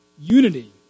unity